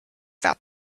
that